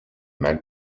mal